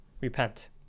repent